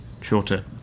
shorter